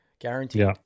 guaranteed